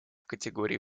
категории